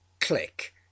click